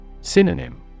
Synonym